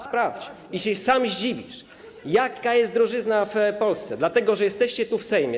Sprawdź i sam się zdziwisz, jaka jest drożyzna w Polsce, dlatego że jesteście tu, w Sejmie.